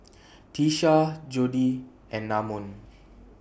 Tiesha Jodi and Namon